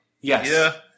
Yes